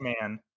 man